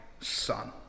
son